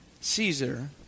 Caesar